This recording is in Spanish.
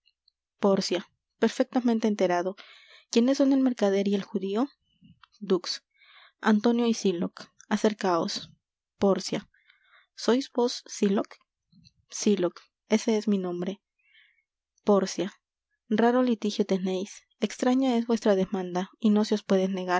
pórcia perfectamente enterado quiénes son el mercader y el judío dux antonio y sylock acercaos pórcia sois vos sylock sylock ese es mi nombre pórcia raro litigio teneis extraña es vuestra demanda y no se os puede